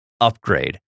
upgrade